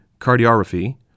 cardiography